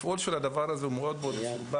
התפעול של הדבר הזה הוא מאוד מאוד מסורבל.